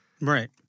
right